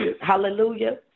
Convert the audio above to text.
hallelujah